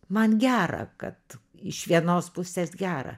man gera kad iš vienos pusės gera